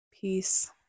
Peace